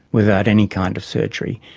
without any kind of surgery,